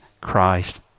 Christ